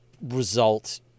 result